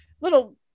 little